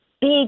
big